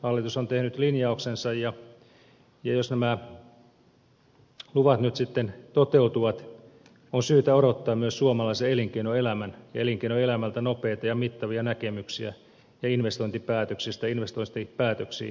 hallitus on tehnyt linjauksensa ja jos nämä luvat nyt sitten toteutuvat on syytä odottaa myös suomalaiselta elinkeinoelämältä nopeita ja mittavia näkemyksiä investointipäätöksistä ja investointipäätöksiä suomeen